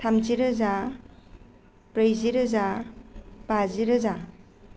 थामजि रोजा ब्रैजि रोजा बाजि रोजा